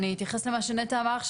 אני אתייחס למה שנטע אמר עכשיו.